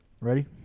Ready